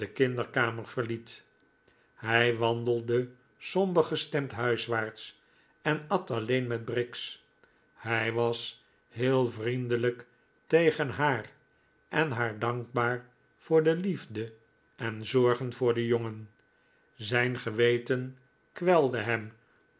kinderkamer verliet hij wandelde somber gestemd huiswaarts en at alleen met briggs hij was heel vriendelijk tegen haar en haar dankbaar voor de liefde en zorgen voor den jongen zijn geweten kwelde hem